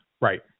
Right